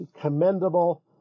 commendable